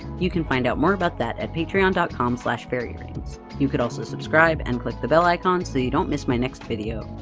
you can find out more about that at patreon and com faerierings. you could also subscribe, and click the bell icon, so that you don't miss my next video.